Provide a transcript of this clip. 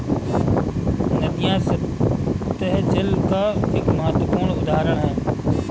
नदियां सत्तह जल का एक महत्वपूर्ण उदाहरण है